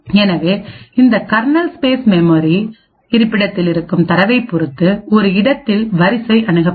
எனவே இந்த kernel space memory இருப்பிடத்தில் இருக்கும் தரவைப் பொறுத்து ஒரு இடத்தில் வரிசை அணுகப்படும்